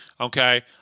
Okay